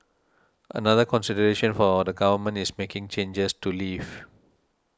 another consideration for the Government is making changes to leave